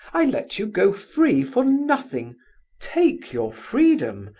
i let you go free for nothing take your freedom!